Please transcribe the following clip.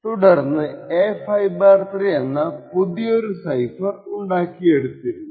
തുടർന്ന് A53 എന്ന പുതിയൊരു സൈഫർ ഉണ്ടാക്കിയെടുത്തിരുന്നു